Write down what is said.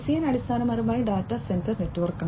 DCN അടിസ്ഥാനപരമായി data centre നെറ്റ്വർക്കാണ്